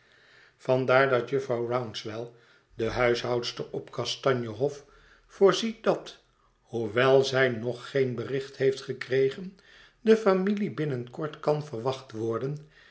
staan vandaar dat jufvrouw rouncewell de huishoudster op kastanje hof voorziet dat hoewel zij nog geen bericht heeft gekregen de familie binnen kort kan verwacht worden